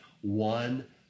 One